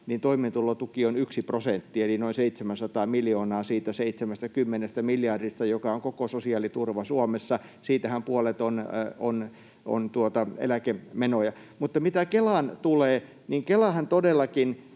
ja sosiaaliturva, on 1 prosentti eli noin 700 miljoonaa siitä 70 miljardista, joka on koko sosiaaliturva Suomessa — siitähän puolet on eläkemenoja. Mutta mitä Kelaan tulee, niin Kelahan todellakin